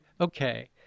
okay